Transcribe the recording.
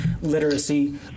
literacy